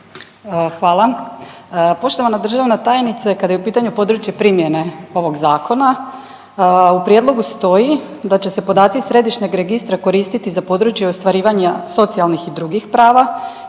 Hvala. Poštovana državna tajnice, kada je u pitanju područje primjene ovog zakona u prijedlogu stoji da će se podaci iz središnjeg registra koristiti za područje ostvarivanja socijalnih i drugih prava